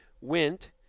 went